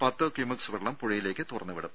പത്ത് ക്യൂമെക്സ് വെള്ളം പുഴയിലേക്ക് തുറന്നുവിടും